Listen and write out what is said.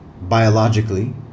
biologically